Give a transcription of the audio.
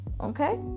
okay